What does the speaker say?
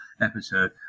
episode